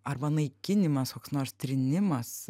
arba naikinimas koks nors trynimas